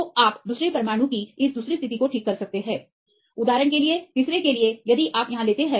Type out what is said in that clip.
तो आप दूसरे परमाणु की इस दूसरी स्थिति को ठीक कर सकते हैं उदाहरण के लिए तीसरे के लिए यदि आप यहाँ लेते हैं